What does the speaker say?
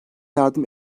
yardım